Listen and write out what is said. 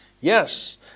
Yes